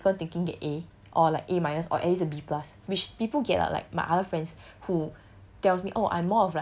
then shouldn't my critical thinking get a or like a minus or at least a B plus which people get lah like my other friends who